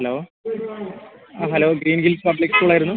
hello ആ hello Green Hills Public സ്കൂളായിരുന്നു